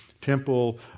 temple